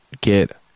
get